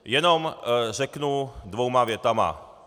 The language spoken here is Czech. Jenom řeknu dvěma větami.